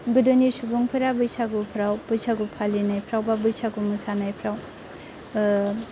गोदोनि सुबुंफोरा बैसागु फालिनायफोराव एबा बैसागु मोसानायफोराव